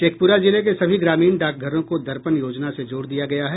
शेखप्ररा जिले के सभी ग्रामीण डाकघरों को दर्पण योजना से जोड़ दिया गया है